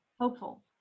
hopeful